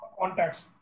Contacts